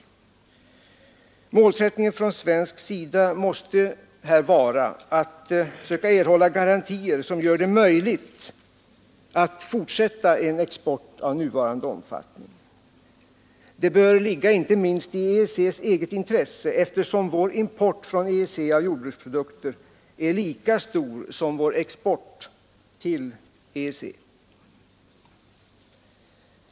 å Målsättningen från svensk sida måste här vara att erhålla garantier som gör det möjligt att fortsätta en export av nuvarande omfattning. Detta bör inte minst ligga i EEC:s eget intresse, eftersom vår import från EEC av jordbruksprodukter är lika stor som vår export till EEC.